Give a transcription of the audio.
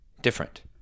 different